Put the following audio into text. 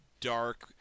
dark